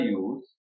use